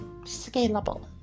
scalable